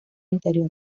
interior